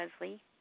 Leslie